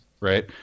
right